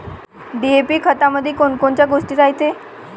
DAP खतामंदी कोनकोनच्या गोष्टी रायते?